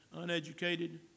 Uneducated